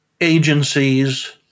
agencies